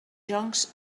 joncs